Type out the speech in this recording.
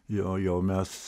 jo jo mes